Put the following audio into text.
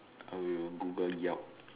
oh we will Google York